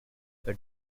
but